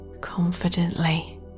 confidently